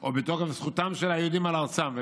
או בתוקף זכותם של היהודים על ארצם.